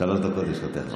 שלוש דקות לרשותך.